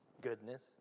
goodness